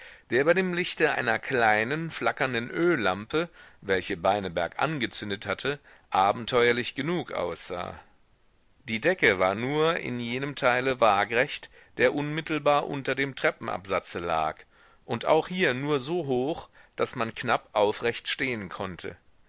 der bei dem lichte einer kleinen flackernden öllampe welche beineberg angezündet hatte abenteuerlich genug aussah die decke war nur in jenem teile wagrecht der unmittelbar unter dem treppenabsatze lag und auch hier nur so hoch daß man knapp aufrecht stehen konnte